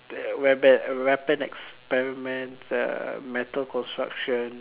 weapon weapon experiments uh metal construction